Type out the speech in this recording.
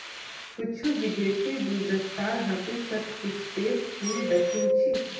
कुछू विदेशीर गुलदस्तात हामी शतपुष्पेर फूल दखिल छि